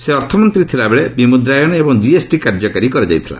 ସେ ଅର୍ଥମନ୍ତ୍ରୀ ଥିଲାବେଳେ ବିମୁଦ୍ରାୟନ ଏବଂ ଜିଏସ୍ଟି କାର୍ଯ୍ୟକାରି କରାଯାଇଥିଲା